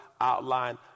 outline